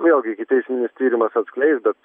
vėlgi ikiteisminis tyrimas atskleis bet